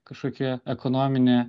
kažkokią ekonominę